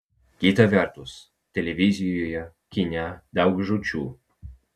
kita vertus televizijoje kine daug žūčių